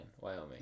Wyoming